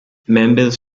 members